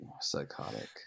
psychotic